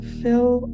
fill